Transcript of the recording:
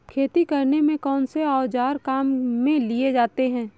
खेती करने में कौनसे औज़ार काम में लिए जाते हैं?